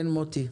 כן מוטי.